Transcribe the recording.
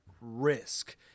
risk